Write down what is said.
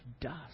dust